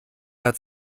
hat